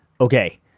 Okay